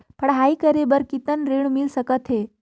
पढ़ाई करे बार कितन ऋण मिल सकथे?